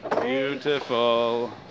Beautiful